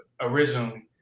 originally